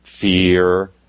fear